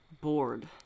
bored